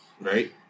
Right